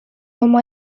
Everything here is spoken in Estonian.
oma